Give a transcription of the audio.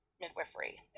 midwifery